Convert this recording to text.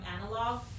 analog